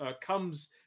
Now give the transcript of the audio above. comes